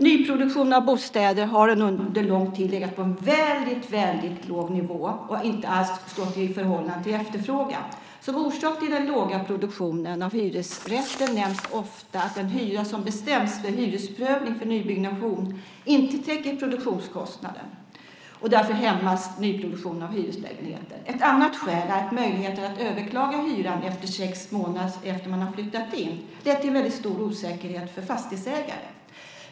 Nyproduktion av bostäder har under lång tid legat på en väldigt låg nivå och har inte alls stått i förhållande till efterfrågan. Som orsak till den låga produktionen av hyresrätter nämns ofta att den hyra som bestäms vid hyresprövning för nybyggnation inte täcker produktionskostnaden, och därför hämmas nyproduktion av hyreslägenheter. Ett annat skäl är att möjligheten att överklaga hyran sex månader efter det att man har flyttat in har lett till en väldigt stor osäkerhet för fastighetsägare.